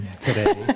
today